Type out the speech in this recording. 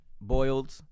Boiled